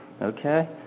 Okay